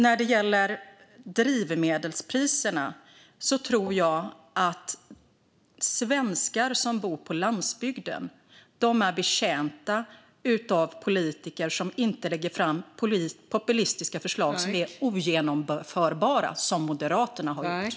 När det gäller drivmedelspriserna tror jag att svenskar som bor på landsbygden är betjänta av politiker som inte lägger fram populistiska förslag som är ogenomförbara, som Moderaterna har gjort.